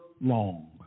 long